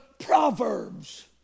Proverbs